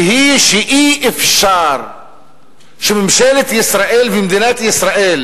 והיא שאי-אפשר שממשלת ישראל, ומדינת ישראל,